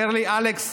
אומר לי: אלכס,